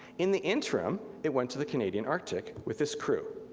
in the interim, it went to the canadian arctic with this crew.